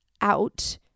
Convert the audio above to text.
out